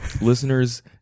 listeners